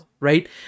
right